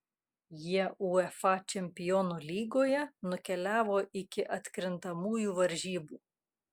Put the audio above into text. jie uefa čempionų lygoje nukeliavo iki atkrintamųjų varžybų